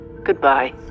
Goodbye